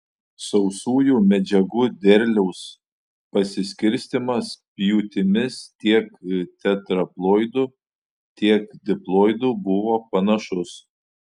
sausųjų medžiagų derliaus pasiskirstymas pjūtimis tiek tetraploidų tiek diploidų buvo panašus